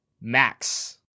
Max